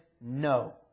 no